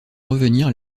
revenir